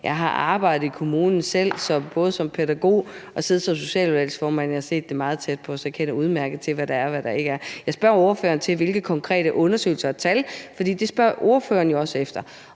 Jeg har selv arbejdet i kommunen som pædagog og siddet som socialudvalgsformand, så jeg har set det meget tæt på, og jeg kender udmærket til, hvad der er, hvad der ikke er. Jeg spørger ordføreren til, hvilke konkrete undersøgelser og tal der er, for det spørger ordføreren jo også om.